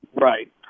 Right